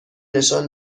نشان